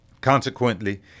Consequently